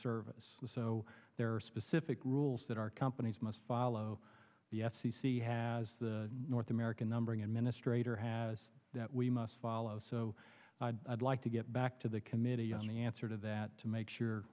service so there are specific rules that our companies must follow the f c c has the north american numbering administrator has that we must follow so i'd like to get back to the committee on the answer to that to make sure